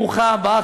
ברוכה הבאה,